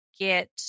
get